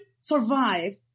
survive